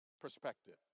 perspective